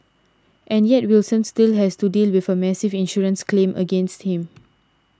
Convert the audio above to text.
and yet Wilson still has to deal with a massive insurance claim against him